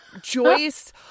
Joyce